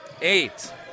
eight